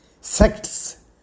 sects